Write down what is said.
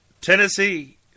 Tennessee